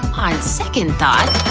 on second thought,